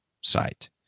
site